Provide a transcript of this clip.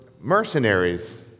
mercenaries